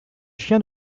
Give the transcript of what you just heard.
chiens